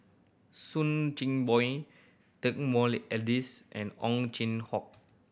Soo Chin Bue Joaquim D'Almeida and Ow Chin Hock